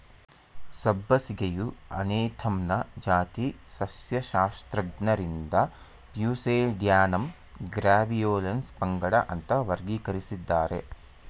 ಸಬ್ಬಸಿಗೆಯು ಅನೇಥಮ್ನ ಜಾತಿ ಸಸ್ಯಶಾಸ್ತ್ರಜ್ಞರಿಂದ ಪ್ಯೂಸೇಡ್ಯಾನಮ್ ಗ್ರ್ಯಾವಿಯೋಲೆನ್ಸ್ ಪಂಗಡ ಅಂತ ವರ್ಗೀಕರಿಸಿದ್ದಾರೆ